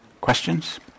questions